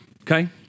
Okay